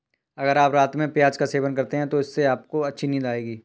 अगर आप रात में प्याज का सेवन करते हैं तो इससे आपको अच्छी नींद आएगी